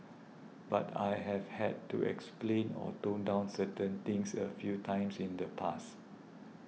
but I have had to explain or tone down certain things a few times in the past